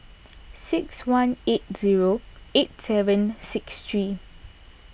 six one eight zero eight seven six three